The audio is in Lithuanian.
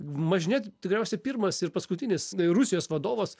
maž ne tikriausiai pirmas ir paskutinis rusijos vadovas